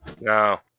No